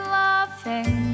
loving